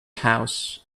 house